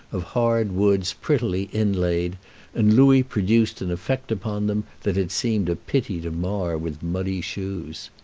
of hard woods prettily inlaid and louis produced an effect upon them that it seemed a pity to mar with muddy shoes.